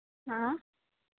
હા